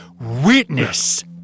Witness